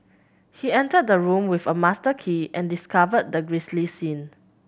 he entered the room with a master key and discovered the grisly scene